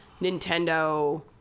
Nintendo